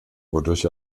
wodurch